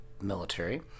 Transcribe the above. military